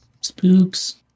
Spooks